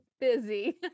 busy